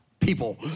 people